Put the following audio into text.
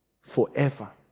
forever